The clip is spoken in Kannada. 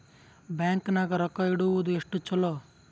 ಬ್ಯಾಂಕ್ ನಾಗ ರೊಕ್ಕ ಇಡುವುದು ಎಷ್ಟು ಚಲೋ?